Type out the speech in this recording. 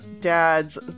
dad's